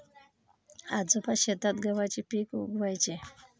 आजोबा शेतात गव्हाचे पीक उगवयाचे